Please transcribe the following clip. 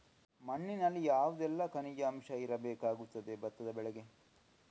ಮಣ್ಣಿನಲ್ಲಿ ಯಾವುದೆಲ್ಲ ಖನಿಜ ಅಂಶ ಇರಬೇಕಾಗುತ್ತದೆ ಭತ್ತದ ಬೆಳೆಗೆ?